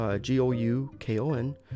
G-O-U-K-O-N